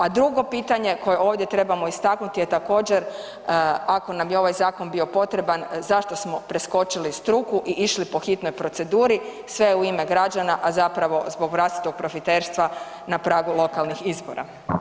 A drugo pitanje koje ovdje trebamo istaknuti je također ako nam je ovaj zakon bio potreban zašto smo preskočili struku i išli po hitnoj proceduri, sve u ime građana, a zapravo zbog vlastitog profiterstva na pragu lokalnih izbora.